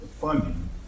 funding